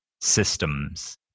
systems